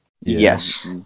Yes